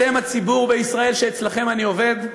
אתם, הציבור בישראל, שאצלכם אני עובד,